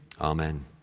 amen